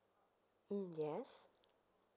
mm yes